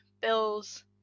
bills